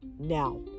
Now